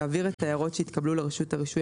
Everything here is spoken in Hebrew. יעביר את ההערות שהתקבלו לרשות הרישוי